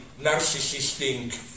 narcissistic